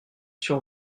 sur